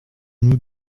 nous